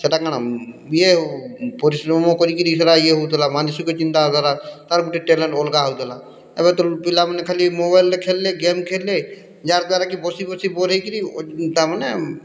ସେଇଟା କାଣା ବିଏ ପରିଶ୍ରମ କରିକିରି ସେଇଟା ଇଏ ହଉଥିଲା ମାନସିକ ଚିନ୍ତାଧାରା ତାର୍ ଗୁଟେ ଟ୍ୟାଲେଣ୍ଟ୍ ଅଲଗା ହଉଥିଲା ଏବେ ତ ପିଲାମାନେ ଖାଲି ମୋବାଇଲ୍ରେ ଖେଲିଲେ ଗେମ୍ ଖେଲଲେ ୟାର୍ ଦ୍ଵାରା କି ବସି ବସି ବୋର୍ ହେଇକିରି ଓ ତାମାନେ